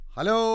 Hello